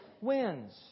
wins